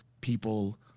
people